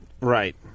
Right